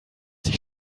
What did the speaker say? sich